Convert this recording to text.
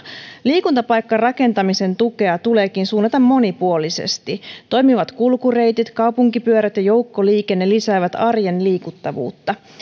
liikuntapaikkarakentamisen tukea tuleekin suunnata monipuolisesti toimivat kulkureitit kaupunkipyörät ja joukkoliikenne lisäävät arjen liikuttavuutta